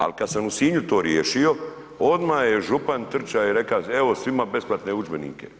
Ali kada sam u Sinju to riješio, odmah je župan trčao i rekao evo svima besplatne udžbenike.